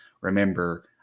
remember